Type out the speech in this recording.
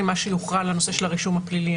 במה שיוכרע על הנושא של הרישום הפלילי.